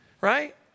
Right